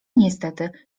niestety